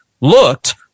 looked